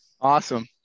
Awesome